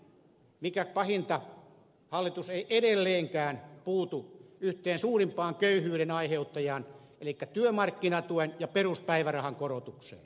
ja mikä pahinta hallitus ei edelleenkään puutu yhteen suurimpaan köyhyyden aiheuttajaan elikkä työmarkkinatuen ja peruspäivärahan korotukseen